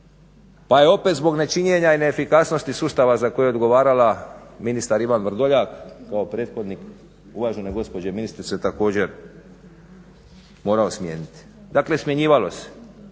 pa je opet zbog nečinjenja i neefikasnosti sustava za koji je odgovarala ministar Ivan Vrdoljak kao prethodnik uvažene gospođe ministrice također morao smijeniti. Dakle, smjenjivalo se.